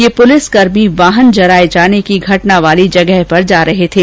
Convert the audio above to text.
ये पुलिसकर्मी वाहन जलाए जाने की घटना वाली जगह जा रहे थे